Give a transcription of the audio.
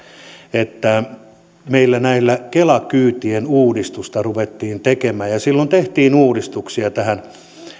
että meillä näiden kela kyytien uudistusta ruvettiin tekemään ja silloin tehtiin uudistuksia tähän